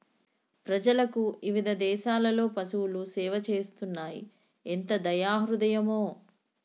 ప్రజలకు ఇవిధ దేసాలలో పసువులు సేవ చేస్తున్నాయి ఎంత దయా హృదయమో